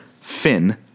Finn